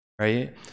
right